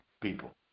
people